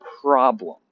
problem